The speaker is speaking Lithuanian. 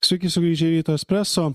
sveiki sugrįžę į ryto espreso